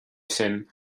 sin